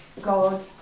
God